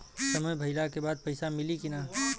समय भइला के बाद पैसा मिली कि ना?